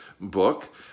book